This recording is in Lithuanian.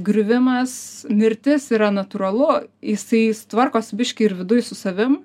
griuvimas mirtis yra natūralu jisai jis tvarkosi biškį ir viduj su savim